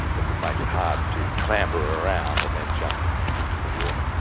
that would make it hard to clamber around and then jump into the water.